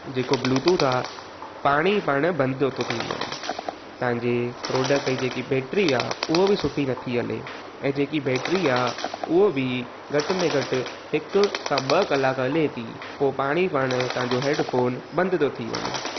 जेको ब्लूटूथ आहे पाणई पाण बंदि थो थो थी बि वञे तव्हांजे प्रॉडक्ट जी जेकी बैटरी आहे उहो बि सठी नथी हले ऐं जेकी बैटरी आहे उहो बि घटि में घटि हिक खां ॿ कलाक हले थी पोइ पाणई पाणु तव्हांजो हैडफ़ोन बंदि थो थी वञे